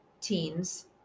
teens